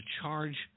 charge